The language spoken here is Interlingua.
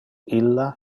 illa